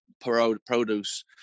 produce